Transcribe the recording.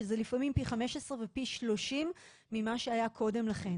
שזה לפעמים פי 15 ופי 30 ממה שהיה קודם לכן.